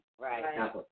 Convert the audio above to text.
Right